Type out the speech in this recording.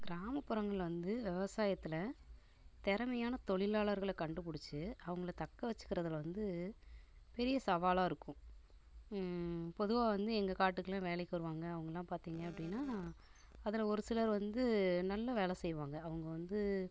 கிராமப்புறங்கள் வந்து விவசாயத்துல திறமையான தொழிலாளர்கள கண்டுபிடிச்சு அவங்கள தக்க வெச்சுக்கிறதுல வந்து பெரிய சவாலாக இருக்கும் பொதுவாக வந்து எங்கள் காட்டுக்குலாம் வேலைக்கு வருவாங்க அவங்கள்லாம் பார்த்திங்க அப்படின்னா அதில் ஒரு சிலர் வந்து நல்லா வேலை செய்வாங்க அவங்க வந்து